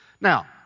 Now